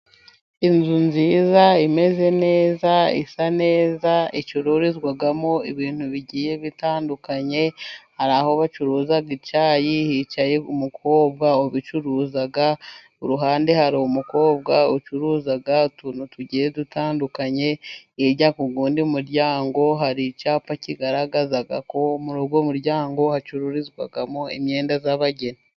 Inzu nziza imeze neza isa neza icururizwamo ibintu bigiye bitandukanye hari aho bacuruza icyayi hicaye umukobwa ubicuruza, iruhande hari umukobwa ucuruza utuntu tugiye dutandukanye, hirya k'uwundi muryango hari icyapa kigaragazako muri uwo muryango hacururizwamo imyenda y'abageni.